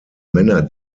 männer